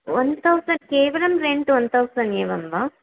one thousand केवलं rent one thousand एवं वा